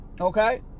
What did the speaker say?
Okay